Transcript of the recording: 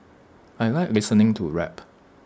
I Like listening to rap